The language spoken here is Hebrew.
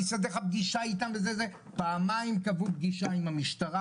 אני אסדר לך פגישה איתם וזה.." פעמיים קבעו לי פגישה עם המשטרה,